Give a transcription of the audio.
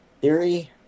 Theory